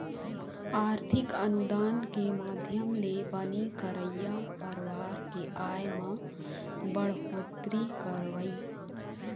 आरथिक अनुदान के माधियम ले बनी करइया परवार के आय म बड़होत्तरी करवई